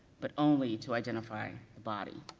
but only to identify a body.